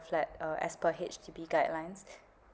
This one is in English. flat uh as per H_D_B guidelines